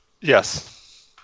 Yes